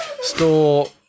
store